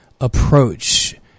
approach